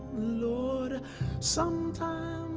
lord sometimes i